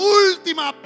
última